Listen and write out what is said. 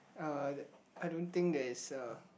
uh I don't think there is a